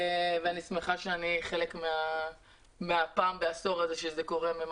אני שמחה שאני חלק מהמהפכה הזאת שקורית פעם בעשור,